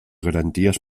garanties